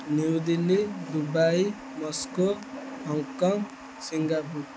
new Delhi Dubai Moscow Hong Kong Singapore